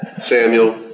Samuel